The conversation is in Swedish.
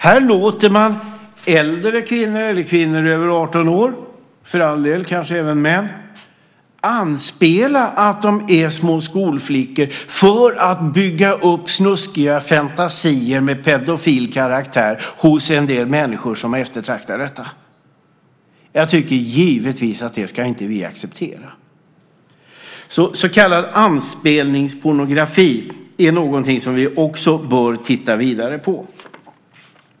Här låter man kvinnor över 18 år, och för all del kanske även män, anspela på att de är små skolflickor för att bygga upp snuskiga fantasier med pedofil karaktär hos en del människor som eftertraktar sådant. Jag tycker givetvis att vi inte ska acceptera detta. Så kallad anspelningspornografi är alltså också någonting som vi bör titta vidare på.